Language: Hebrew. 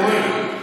פורר,